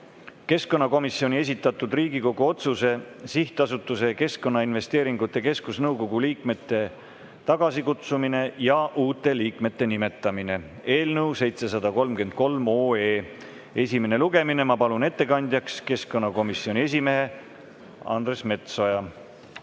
keskkonnakomisjoni esitatud Riigikogu otsuse "Sihtasutuse Keskkonnainvesteeringute Keskus nõukogu liikmete tagasikutsumine ja uute liikmete nimetamine" eelnõu 733 esimene lugemine. Ma palun ettekandjaks keskkonnakomisjoni esimehe Andres Metsoja.